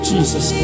Jesus